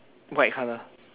white colour